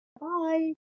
Bye